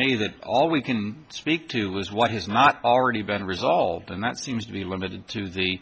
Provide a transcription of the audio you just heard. me that all we can speak to was what has not already been resolved and that seems to be limited to the